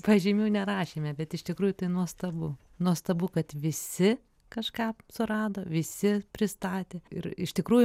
pažymių nerašėme bet iš tikrųjų tai nuostabu nuostabu kad visi kažką surado visi pristatė ir iš tikrųjų